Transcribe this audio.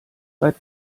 seit